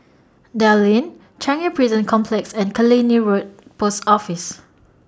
Dell Lane Changi Prison Complex and Killiney Road Post Office